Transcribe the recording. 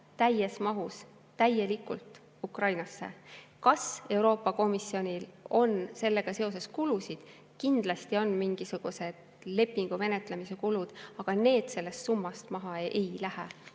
täies mahus, täielikult Ukrainasse. Kas Euroopa Komisjonil on sellega seoses kulusid? Kindlasti on mingisugused lepingu menetlemise kulud, aga need sellest summast maha ei lähe,